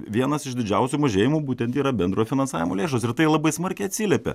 vienas iš didžiausių mažėjimų būtent yra bendro finansavimo lėšos ir tai labai smarkiai atsiliepia